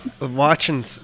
watching